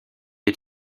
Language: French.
est